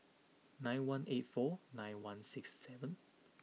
nine one eight four nine one six seven